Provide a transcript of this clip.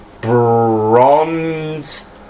bronze